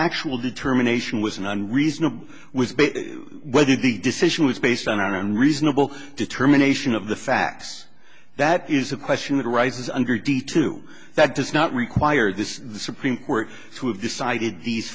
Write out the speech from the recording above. factual determination was an unreasonable was whether the decision was based on our unreasonable determination of the facts that is a question that arises under d two that does not require this the supreme court to have decided these